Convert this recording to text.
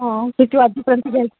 हा